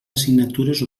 assignatures